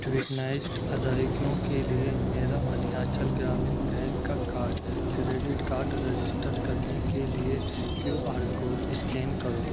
tokenised اذاہیگیوں کے لیے میرا مدھیانچل گرامین بینک کا کارڈ کریڈٹ کارڈ رجسٹر کرنے کے لیے کیو آر کوڈ اسکین کرو